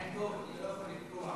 אני לא יכול לקטוע.